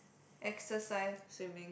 exercise swimming